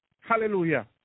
hallelujah